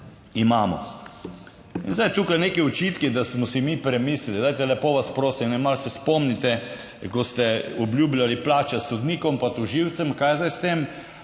imamo. In zdaj tukaj neki očitki, da smo si mi premislili. Dajte, lepo vas prosim, malo se spomnite, ko ste obljubljali plače sodnikom pa tožilcem, kaj je zdaj s tem?